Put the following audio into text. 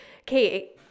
okay